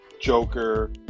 Joker